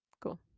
Cool